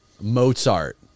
Mozart